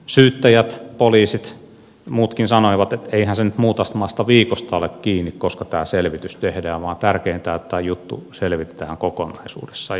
syyttäjät poliisit muutkin sanoivat että eihän se nyt muutamasta viikosta ole kiinni koska tämä selvitys tehdään vaan tärkeintä on että tämä juttu selvitetään kokonaisuudessaan